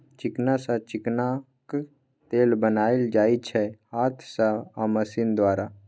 चिकना सँ चिकनाक तेल बनाएल जाइ छै हाथ सँ आ मशीन द्वारा